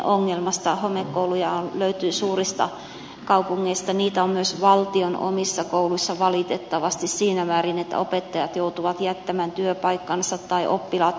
homekouluja löytyy suurista kaupungeista niitä on myös valtion omissa kouluissa valitettavasti siinä määrin että opettajat joutuvat jättämään työpaikkansa ja oppilaat kärsivät